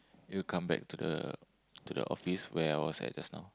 you'll come back to the to the office where I was at just now